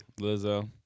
Lizzo